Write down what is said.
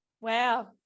Wow